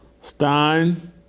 Stein